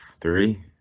three